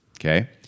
Okay